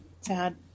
sad